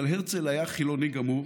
אבל הרצל היה חילוני גמור.